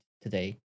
today